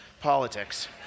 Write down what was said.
politics